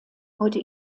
heute